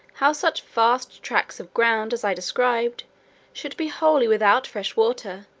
how such vast tracts of ground as i described should be wholly without fresh water,